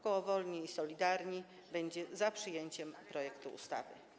Koło Wolni i Solidarni będzie za przyjęciem projektu ustawy.